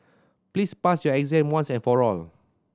please pass your exam once and for all